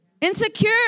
insecure